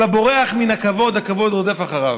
כל הבורח מן הכבוד, הכבוד רודף אחריו.